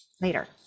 later